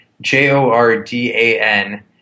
J-O-R-D-A-N